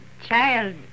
child